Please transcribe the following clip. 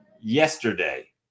yesterday